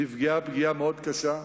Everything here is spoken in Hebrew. נפגעה פגיעה מאוד קשה.